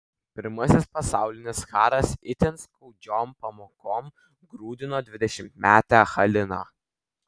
pirmasis pasaulinis karas itin skaudžiom pamokom grūdino dvidešimtmetę haliną